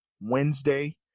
Wednesday